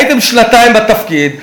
הייתם שנתיים בתפקיד,